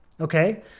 Okay